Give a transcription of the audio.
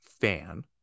fan